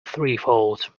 threefold